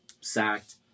sacked